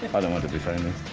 i don't want to be famous.